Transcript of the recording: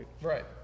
Right